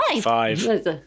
Five